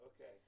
Okay